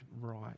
right